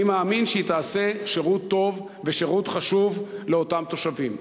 אני מאמין שהיא תעשה שירות טוב ושירות חשוב לאותם תושבים.